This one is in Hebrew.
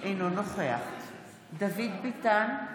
אינו נוכח דוד ביטן,